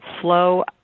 flow